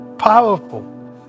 powerful